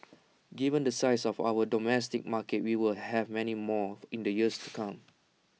given the size of our domestic market we will have many more in the years to come